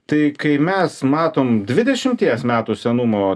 tai kai mes matom dvidešimties metų senumo